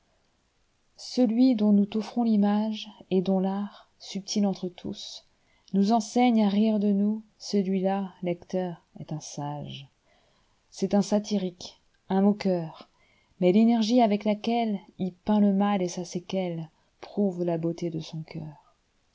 celui dont nous t'offrons l'image et dont l'art subtil entre tous nous enseigne à rire de nous celui-là lecteur est un sage c'est un satirique un moqueur mais l'énergie avec laquelle peint le mal et sa séquelleprouve la beauté de son cœur